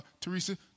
Teresa